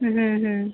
হুম হুম